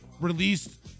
released